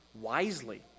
wisely